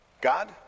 God